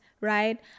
right